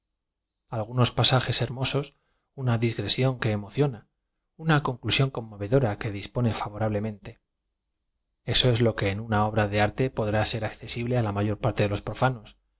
algunos pasajes hermosos una digresión que emo ciona una conclusión conmovedora que dispone fa vorablemente eso es lo que en una obra de arte po drá ser accesible á la m ayor parte de los profanos